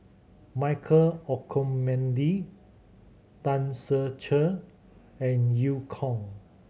Michael Olcomendy Tan Ser Cher and Eu Kong